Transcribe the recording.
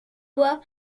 bois